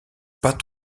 pas